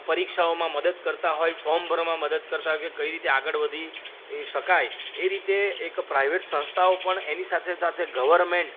પરીક્ષાઓમાં મદદ કરતા હોય ફોમ ભરવામાં મદદ કરતા હોય કે કઈ રીતે આગળ વધી એ શકાય એ રીતે એક પ્રાઇવેટ સંસ્થાઓ પણ એની સાથે સાથે ગવર્મેન્ટ